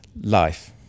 life